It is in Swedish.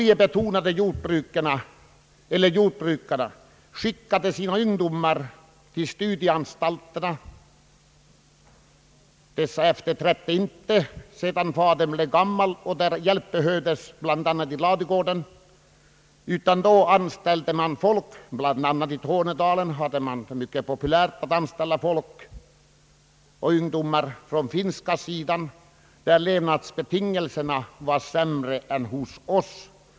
Det har också förekommit att småbrukarna skickat sina ungdomar till skolor av olika slag. När fadern sedan blev gammal efterträdde de inte honom. Då hjälp behövdes bl.a. i ladugården anställde man folk. I Tornedalen var det t.ex. mycket populärt att anställa ungdomar från finska sidan, där levnadsbetingelserna var sämre än hos oss.